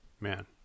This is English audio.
Man